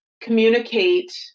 communicate